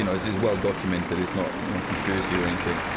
and is is well documented. it's not conspiracy or anything.